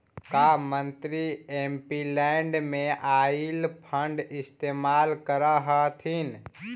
का मंत्री एमपीलैड में आईल फंड इस्तेमाल करअ हथीन